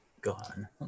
gone